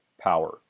power